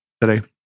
today